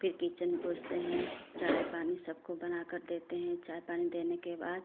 फिर किचन पोछते हैं चाय पानी सबको बना कर के देते हैं चाय पानी देने के बाद